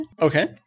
Okay